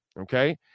Okay